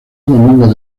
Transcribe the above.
domingo